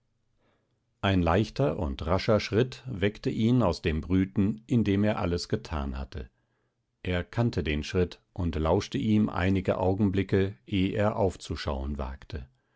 ein leichter und rascher schritt weckte ihn aus dem brüten in dem er alles getan hatte er kannte den schritt und lauschte ihm einige augenblicke eh er aufzuschauen wagte